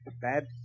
bad